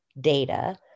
data